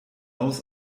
aus